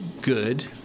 good